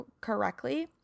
correctly